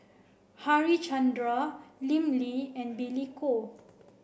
Harichandra Lim Lee and Billy Koh